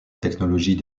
technologie